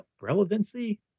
relevancy